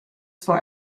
for